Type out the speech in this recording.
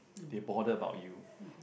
they bother about you